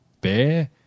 bear